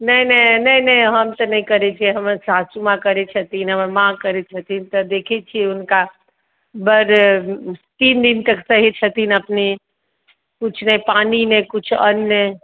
नहि नहि नहि नहि हम तऽ नहि करैत छियै हमर सासु माँ करैत छथिन हमर माँ करैत छथिन तऽ देखैत छियै हुनका बड़ तीन दिनके सहै छथिन अपने किछु नहि पानि नहि किछु अन्न नहि